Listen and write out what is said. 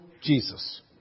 Jesus